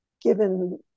given